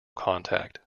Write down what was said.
contact